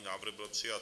Návrh byl přijat.